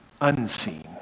unseen